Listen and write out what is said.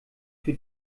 für